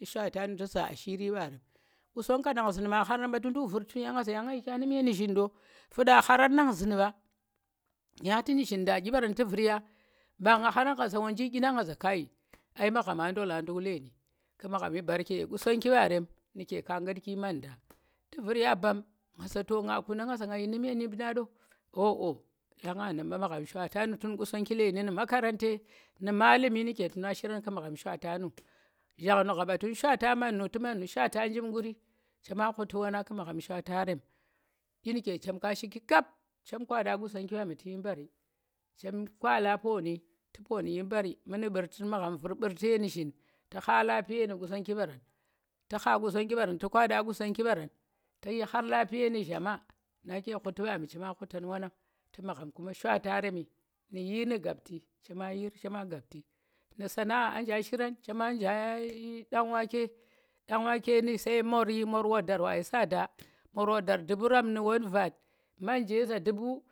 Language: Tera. Tu̱ shwata nu̱ tu̱ zaa ashiiri ɓanu̱ Qusonggo nang zu̱n ma gharam ɓa tu̱ ndu̱k vu̱r tun ya nga zaa yang nga shi kya nu̱m ye nu̱zhin ɗo? faɗa kharan nang zu̱n ɓa, yang tu̱ nu̱zhin daa ɗyi ɓaran tu̱ vu̱rya, mba nga kharangha za wonji ɗyinang nga za kai, ai maghamma ndola ɗu̱k nlenu̱, ku magham shi mbar ke ye Qusonggii ɓarem nu̱ke, kaa nkunki manda, tu̱ vu̱r ya mbam nga za to ga kuna, nga za nga yi nu̱m ye ndu̱kong ɗo? ohoh yang da nu̱m ɓa magham shwata nu̱ tu̱n Qusonggi neni nu̱ makarante nu̱ malimi nu̱ke tu̱na shirang ƙu magham shwata nu̱, zhangnu̱ ghaɓa tu̱n shwata mannu̱ tu̱ mannu̱ shwata njim Quri chem khuti wanang ku̱ magham shawata rem ɗyi nu̱ke chem ka shiki kap chem kwaɗa Qusonggi wami tu̱ shi mbari, chem kaada pooni tu̱ pooni yi mbari, mu̱ ni mɓu̱rti tu̱ magham vu̱r mɓu̱rti ye nu̱zhin tu̱ kha mun dong nu̱ Qusonggi baran, tu̱ kha Qusonggi ku baran tu̱ kwanɗa Qusonggi ku baram, tu̱ yi khar mun dong nu̱ zhama, nake ghuti ɓami che ma ghutan wanan, tu̱ magham tu̱k shwata remi nu̱ yii nu̱ gabtu̱, chema yiini chema gabtu̱, nu̱ ɗye shi aa njaa shiran chema njaa ɗangwake, ɗangwake kope moori, moor wadar wa shi gu̱gu̱r, moor wadar du̱pu̱ rap nu̱ won rat, moor vangndi za du̱pu̱,